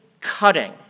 cutting